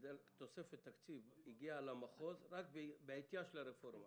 איזו תוספת תקציב הגיעה למחוז רק בעטיה של הרפורמה?